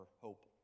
hope